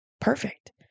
perfect